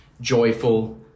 joyful